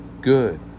good